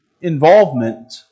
involvement